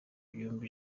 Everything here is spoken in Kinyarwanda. ibyumba